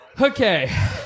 Okay